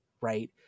right